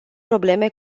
probleme